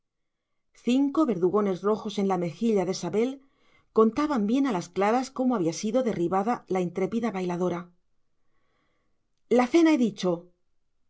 cinco verdugones rojos en la mejilla de sabel contaban bien a las claras cómo había sido derribada la intrépida bailadora la cena he dicho